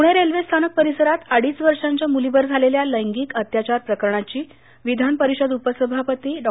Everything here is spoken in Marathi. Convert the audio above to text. पुणे रेल्वे स्थानक परिसरात अडीच वर्षाच्या मुलीवर झालेल्या लैंगिक अत्याचार प्रकरणाची विधानपरिषद उपसभापती डॉ